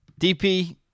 DP